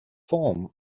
form